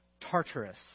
tartarus